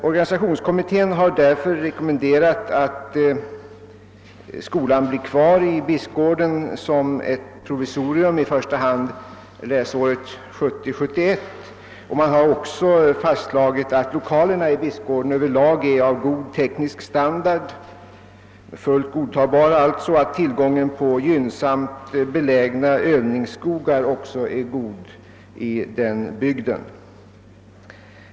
Organisationskommitten har därför rekommenderat att skolan blir kvar i Bispgården som ett provisorium, i första hand läsåret 1970/ 71. Man har också fastslagit att lokalerna i Bispgården över lag är av god teknisk standard — fullt godtagbara alltså — samt att tillgången på gynnsamt belägna övningsskogar också är god i den bygden.